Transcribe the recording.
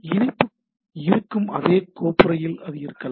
இணைப்பு இருக்கும் அதே கோப்புறையில் அது இருக்கலாம்